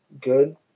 good